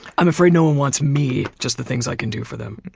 i'm afraid no one wants me, just the things i can do for them.